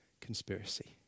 conspiracy